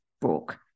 book